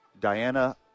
Diana